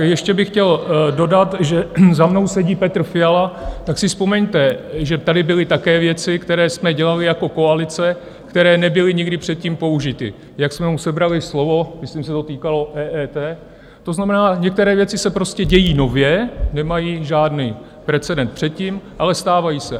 Ještě bych chtěl dodat, že za mnou sedí Petr Fiala, tak si vzpomeňte, že tady byly také věci, které jsme dělali jako koalice, které nebyly nikdy předtím použity, jak jsme mu sebrali slovo myslím, že se to týkalo EET to znamená některé věci se prostě dějí nově, nemají žádný precedens předtím, ale stávají se.